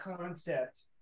concept